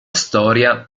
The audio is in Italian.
storia